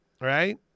right